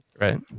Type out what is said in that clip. Right